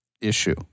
issue